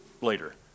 later